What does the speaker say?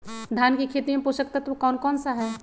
धान की खेती में पोषक तत्व कौन कौन सा है?